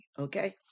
okay